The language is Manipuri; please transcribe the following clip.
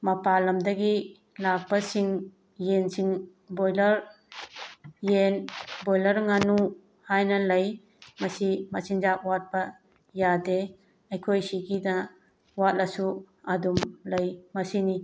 ꯃꯄꯥꯟ ꯂꯝꯗꯒꯤ ꯂꯥꯛꯄꯁꯤꯡ ꯌꯦꯟꯁꯤꯡ ꯕꯣꯏꯂꯔ ꯌꯦꯟ ꯕꯣꯏꯂꯔ ꯉꯥꯅꯨ ꯍꯥꯏꯅ ꯂꯩ ꯃꯁꯤ ꯃꯆꯤꯟꯖꯥꯛ ꯋꯥꯠꯄ ꯌꯥꯗꯦ ꯑꯩꯈꯣꯏꯁꯤꯒꯤꯅ ꯋꯥꯠꯂꯁꯨ ꯑꯗꯨꯝ ꯂꯩ ꯃꯁꯤꯅꯤ